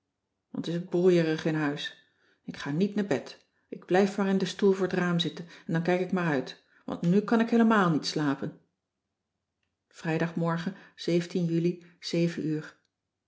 wat is t broeierig in huis ik ga niet naar bed ik blijf maar in den stoel voor t raam zitten en dan kijk ik maar uit want nù kan ik heelemaal niet slapen rijdagmorgen uli uur